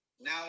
Now